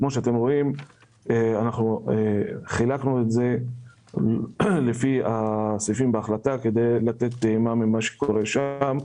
כמו שאתם רואים חילקנו את זה לפי הסעיפים בהחלטה כדי להראות מה קורה שם.